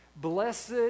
blessed